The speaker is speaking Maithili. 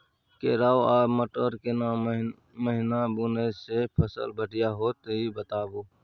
केराव आ मटर केना महिना बुनय से फसल बढ़िया होत ई बताबू?